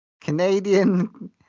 Canadian